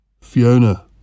Fiona